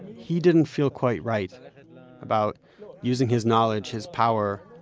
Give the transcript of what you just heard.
he didn't feel quite right about using his knowledge, his power,